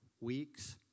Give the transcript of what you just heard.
weeks